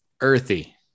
earthy